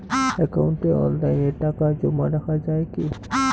একাউন্টে অনলাইনে টাকা জমা রাখা য়ায় কি?